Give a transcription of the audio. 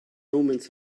omens